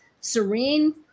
Serene